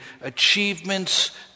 achievements